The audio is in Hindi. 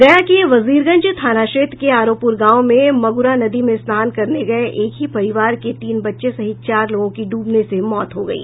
गया के वजीरगंज थाना क्षेत्र आरोपुर गांव में मगुरा नदी में स्नान करने गये एक ही परिवर के तीन बच्चे सहित चार लोगों की डूबने से मौत हो गयी